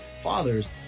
fathers